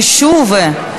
ושוב,